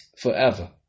forever